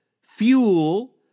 fuel